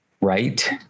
right